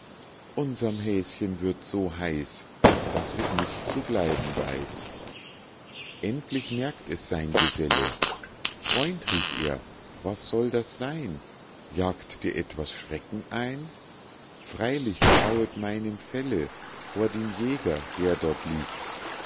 unserm häschen wird so heiß daß es nicht zu bleiben weiß endlich merkt es sein geselle freund rief er was soll das seyn jagt dir etwas schrecken ein freilich grauet meinem felle vor dem jäger der dort liegt